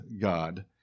God